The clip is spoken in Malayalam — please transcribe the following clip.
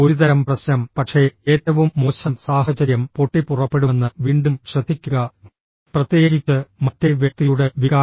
ഒരുതരം പ്രശ്നം പക്ഷേ ഏറ്റവും മോശം സാഹചര്യം പൊട്ടിപ്പുറപ്പെടുമെന്ന് വീണ്ടും ശ്രദ്ധിക്കുക പ്രത്യേകിച്ച് മറ്റേ വ്യക്തിയുടെ വികാരം